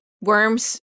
worms